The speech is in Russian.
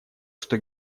что